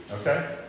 Okay